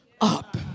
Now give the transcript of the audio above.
up